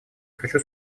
хочу